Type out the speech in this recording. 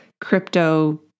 crypto